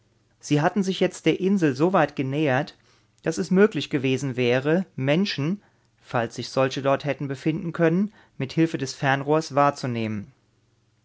sie hatten sich jetzt der insel soweit genähert daß es möglich gewesen wäre menschen falls sich solche dort hätten befinden können mit hilfe des fernrohrs wahrzunehmen